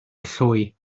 lloi